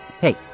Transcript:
Hey